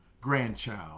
grandchild